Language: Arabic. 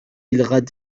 الغد